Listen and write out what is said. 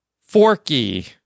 Forky